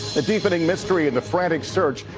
the deepening mystery in the frantic search.